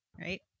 Right